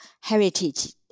heritage